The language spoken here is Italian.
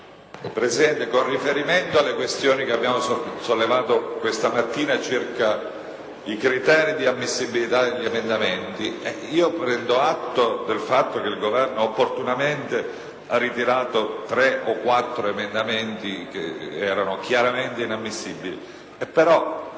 Presidente, con riferimento alle questioni che abbiamo sollevato questa mattina circa i criteri di ammissibilità degli emendamenti, prendo atto che il Governo ha opportunamente ritirato tre o quattro proposte di modifica, che erano chiaramente inammissibili.